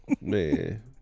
Man